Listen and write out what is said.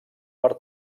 per